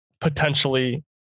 potentially